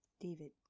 David